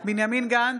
בנימין גנץ,